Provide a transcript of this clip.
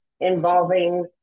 involving